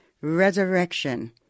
resurrection